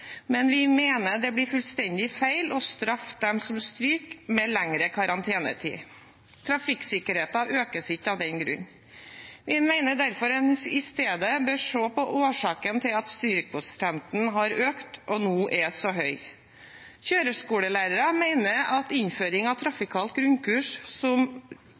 men vi mener det blir fullstendig feil å straffe dem som stryker, med lengre karantenetid. Trafikksikkerheten økes ikke av den grunn. Vi mener man isteden bør se på årsaken til at strykprosenten har økt og nå er så høy. Kjøreskolelærere mener at innføringen av trafikalt grunnkurs, som